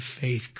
faith